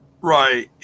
Right